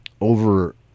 over